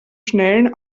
schnellen